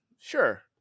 sure